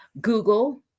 google